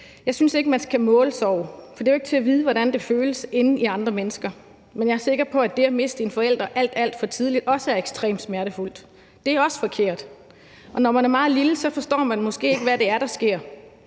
Jeg synes ikke, man skal måle sorg, for det er jo ikke til at vide, hvordan det føles inden i andre mennesker, men jeg er sikker på, at det at miste en forælder alt, alt for tidligt også er ekstremt smertefuldt. Det er også forkert. Og når man er meget lille, forstår man måske ikke, hvad det er, der sker.